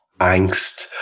angst